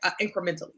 incrementally